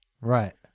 Right